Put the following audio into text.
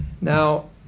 now